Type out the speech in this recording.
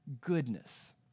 goodness